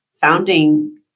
founding